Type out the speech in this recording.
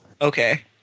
Okay